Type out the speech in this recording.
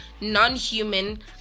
non-human